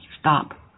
stop